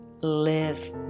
live